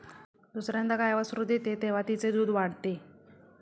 दुसर्यांदा गाय वासरू देते तेव्हा तिचे दूध वाढते